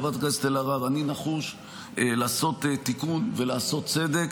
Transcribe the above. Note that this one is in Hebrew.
חברת הכנסת אלהרר: אני נחוש לעשות תיקון ולעשות צדק